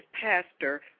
Pastor